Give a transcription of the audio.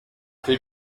fais